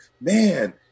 man